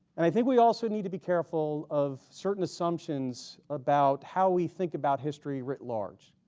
and i think we also need to be careful of certain assumptions about how we think about history writ large